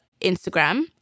Instagram